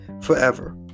forever